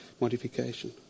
modification